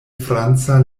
franca